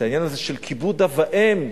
העניין הזה של כיבוד אב ואם?